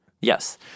Yes